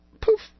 Poof